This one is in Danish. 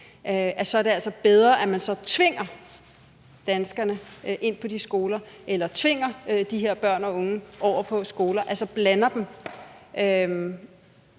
så er det altså bedre, at man tvinger danskerne ind på de skoler eller tvinger de her børn og unge over på skoler, altså blander dem.